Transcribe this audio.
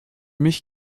mich